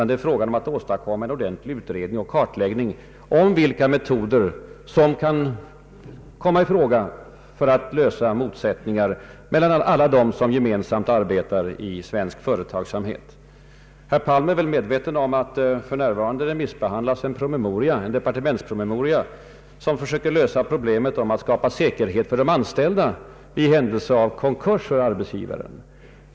Det är fråga om att åstadkomma en utredning och kartläggning om vilka metoder som kan komma i fråga för att lösa motsättningar mellan alla dem som gemensamt arbetar i svensk företagsamhet. Herr Palm är väl medveten om att för närvarande remissbehandlas en departementspromemoria som försöker lösa problemet att skapa säkerhet för de anställda i händelse av konkurs för arbetsgivaren.